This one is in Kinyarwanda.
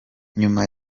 nyuma